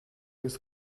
ist